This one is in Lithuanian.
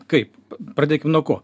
kaip pradėkim nuo ko